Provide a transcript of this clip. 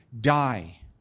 die